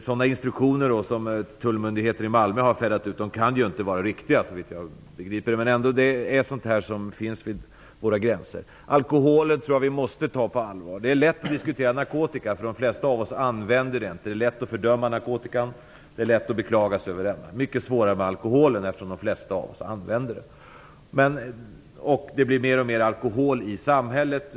Sådana instruktioner som Tullmyndigheten i Malmö har utfärdat kan inte vara riktiga, såvitt jag förstår. Det är sådana problem som finns vid våra gränser. Jag tror att vi måste ta alkoholen på allvar. Det är lätt att diskutera narkotika, eftersom de flesta av oss inte använder det. Det är lätt att fördöma narkotikan och beklaga sig över den. Det är mycket svårare med alkoholen, eftersom de flesta av oss använder den. Det blir mer och mer alkohol i samhället.